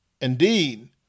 Indeed